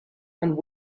and